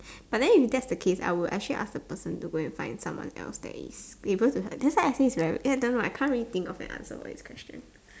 but then if that's the case I would actually ask the person to go and find someone else that is able to help that's why I say it's ver ya I don't know I can't really think of an answer for this question